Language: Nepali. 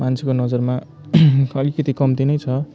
मान्छेको नजरमा अलिकति कम्ती नै छ